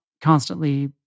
constantly